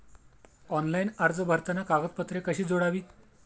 Online अर्ज भरताना कागदपत्रे कशी जोडावीत?